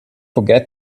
forget